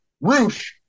Roosh